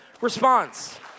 response